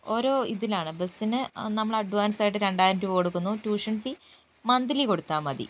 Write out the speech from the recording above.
ഓരോ ഇതിനാണ് ബസിന് നമ്മൾ അഡ്വാൻസായിട്ട് രണ്ടായിരം രൂപ കൊടുക്കുന്നു ട്യൂഷൻ ഫീ മന്തിലി കൊടുത്താൽ മതി